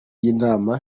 y’inama